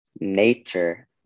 nature